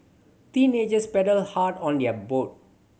teenagers paddled hard on their boat